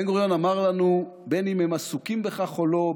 בן-גוריון אמר לנו: בין שהם עסוקים בכך או לא,